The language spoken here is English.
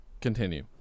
continue